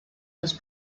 los